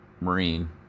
Marine